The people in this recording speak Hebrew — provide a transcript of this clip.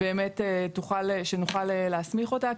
נוכל להסמיך אותה?